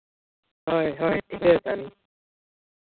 ᱦᱳᱭ ᱦᱳᱭ ᱴᱷᱤᱠᱟᱹᱣ ᱠᱟᱜᱼᱟ ᱞᱤᱧ